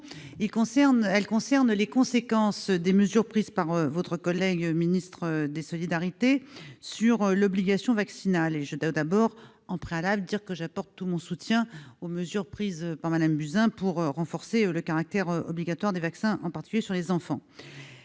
et concerne les conséquences des mesures prises par votre collègue ministre des solidarités et de la santé, sur l'obligation vaccinale. Je précise bien sûr en préalable que j'apporte tout mon soutien aux mesures décidées par Mme Buzyn pour renforcer le caractère obligatoire des vaccins, en particulier sur les enfants.